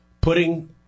putting